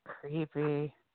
creepy